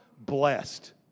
blessed